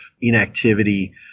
inactivity